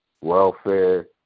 welfare